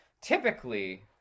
typically